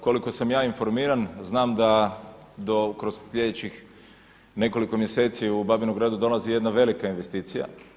Koliko sam ja informiran znam da do kroz sljedećih nekoliko mjeseci u Babinu Gredu dolazi jedna velika investicija.